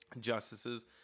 justices